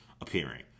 appearing